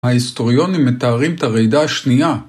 ההיסטוריונים מתארים את הרעידה השנייה.